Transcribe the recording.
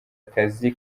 akazi